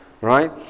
Right